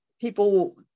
people